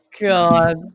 God